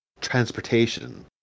transportation